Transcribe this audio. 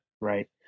Right